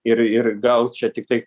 ir ir gal čia tiktai